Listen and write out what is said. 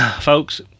Folks